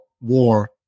war